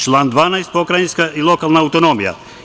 Član 12. pokrajinska i lokalna autonomija.